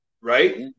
Right